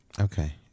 okay